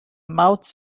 mouths